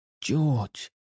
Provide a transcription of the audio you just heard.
George